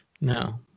No